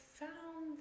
found